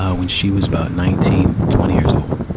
ah when she was about nineteen, twenty years old.